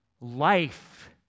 Life